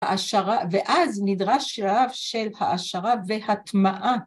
העשרה... ‫ואז נדרש שלב של העשרה והטמעה.